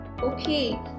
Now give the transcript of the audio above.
Okay